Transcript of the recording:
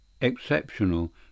exceptional